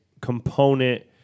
component